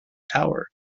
tower